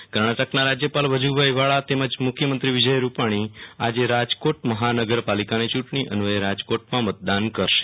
મતદાન કર્ણાટકના રાજ્યપાલ વજુભાઈવાળા તેમજ મુખ્યમંત્રી વિજય રૂપાણી આજે રાજકોટ મહાનગર પાલિકાની યુંટણી અન્વચે રાજકોટમાં મતદાન કરશે